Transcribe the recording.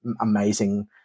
amazing